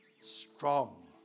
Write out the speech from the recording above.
strong